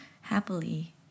happily